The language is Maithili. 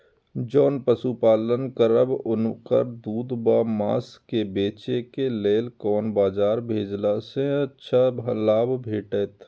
जोन पशु पालन करब उनकर दूध व माँस के बेचे के लेल कोन बाजार भेजला सँ अच्छा लाभ भेटैत?